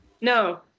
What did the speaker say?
No